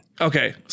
Okay